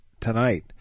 tonight